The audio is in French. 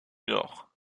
nord